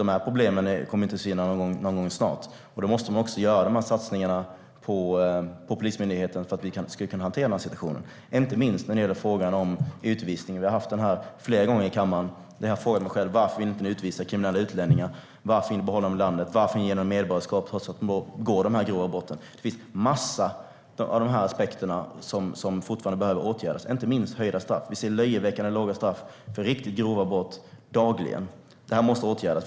De här problemen kommer alltså inte att försvinna snart, och då måste man göra de här satsningarna på Polismyndigheten för att kunna hantera situationen. Det gäller inte minst frågan om utvisning. Den har varit uppe flera gånger här i kammaren, och jag har frågat mig själv varför ni inte vill utvisa kriminella utlänningar, varför ni vill behålla dem i landet, varför ni vill ge dem medborgarskap trots att de begår grova brott. Det finns massor av aspekter som fortfarande behöver åtgärdas, inte minst höjda straff. Vi ser löjeväckande låga straff för riktigt grova brott - dagligen. Det här måste åtgärdas.